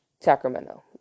Sacramento